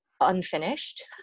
unfinished